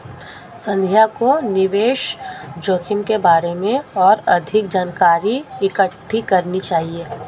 संध्या को निवेश जोखिम के बारे में और अधिक जानकारी इकट्ठी करनी चाहिए